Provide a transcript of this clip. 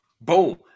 boom